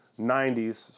90s